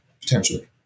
Potentially